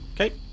Okay